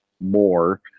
more